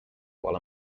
while